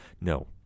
No